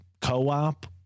co-op